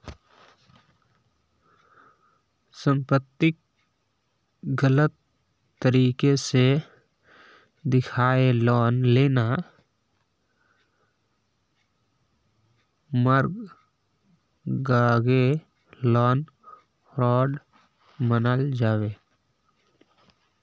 संपत्तिक गलत तरीके से दखाएँ लोन लेना मर्गागे लोन फ्रॉड मनाल जाबे